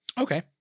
Okay